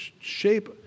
shape